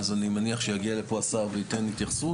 אז אני מניח שיגיע לפה השר וייתן התייחסות